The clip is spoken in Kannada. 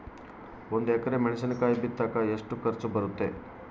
ಒಂದು ಎಕರೆ ಮೆಣಸಿನಕಾಯಿ ಬಿತ್ತಾಕ ಎಷ್ಟು ಖರ್ಚು ಬರುತ್ತೆ?